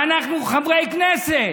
ואנחנו חברי כנסת,